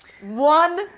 One